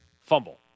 fumble